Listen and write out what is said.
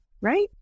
right